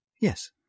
Yes